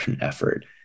effort